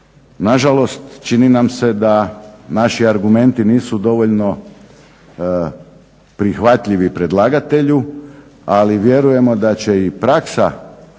Nažalost, čini nam se da naši argumenti nisu dovoljno prihvatljivi predlagatelju ali vjerujemo da će i praksa